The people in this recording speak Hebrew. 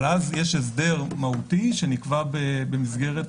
אבל אז יש הסדר מהותי שנקבע במסגרת